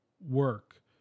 work